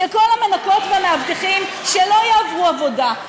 שכל המנקות והמאבטחים שלא יעברו עבודה,